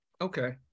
Okay